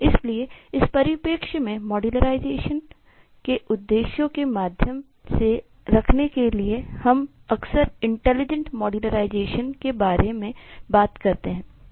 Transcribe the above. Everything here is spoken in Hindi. इसलिए इस परिप्रेक्ष्य में मॉड्यूलरीकरण के उद्देश्यों के माध्यम से रखने के लिए हम अक्सर इंटेलिजेंट मॉड्यूर्लाइज़ेशन के बारे में बात करते हैं